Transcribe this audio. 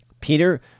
Peter